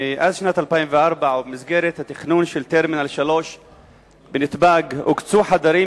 מאז שנת 2004 ובמסגרת התכנון של טרמינל 3 בנתב"ג הוקצו חדרים,